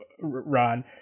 Ron